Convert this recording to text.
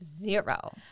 Zero